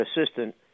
assistant